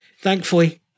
Thankfully